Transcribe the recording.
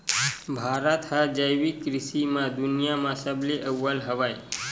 भारत हा जैविक कृषि मा दुनिया मा सबले अव्वल हवे